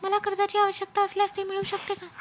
मला कर्जांची आवश्यकता असल्यास ते मिळू शकते का?